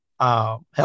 help